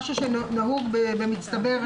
משהו שנהוג במצטבר,